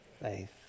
Faith